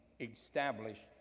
established